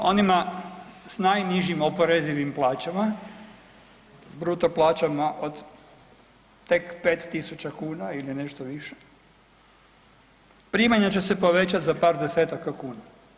Evo kako, onima s najnižim oporezivim plaćama, s bruto plaćama od tek 5.000 kuna ili nešto više primanja će se povećat za par desetaka kuna.